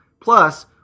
Plus